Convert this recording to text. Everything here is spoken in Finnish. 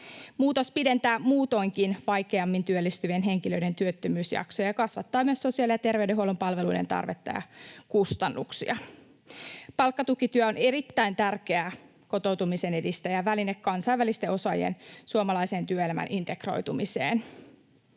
Muutos pidentää muutoinkin vaikeammin työllistyvien henkilöiden työttömyysjaksoja ja kasvattaa myös sosiaali- ja terveydenhuollon palveluiden tarvetta ja kustannuksia. Palkkatukityö on erittäin tärkeä kotoutumisen edistäjäväline kansainvälisten osaajien suomalaiseen työelämään integroitumiseen.